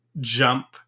jump